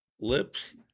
Lips